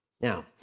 Now